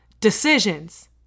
decisions